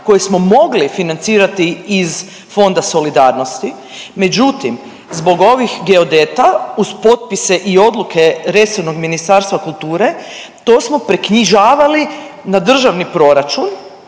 koje smo mogli financirati iz Fonda solidarnosti, međutim zbog ovih geodeta uz potpise i odluke resornog Ministarstva kulture to smo preknjižavali na državni proračun